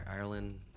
Ireland